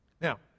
Now